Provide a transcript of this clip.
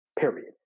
period